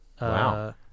Wow